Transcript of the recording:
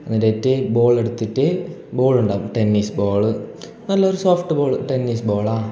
എന്നിട്ട് ബോളെടുത്തിട്ട് ബോളുണ്ടാക്കും ടെന്നീസ് ബോൾ നല്ലൊരു സോഫ്റ്റ് ബോൾ ടെന്നീസ് ബോളാ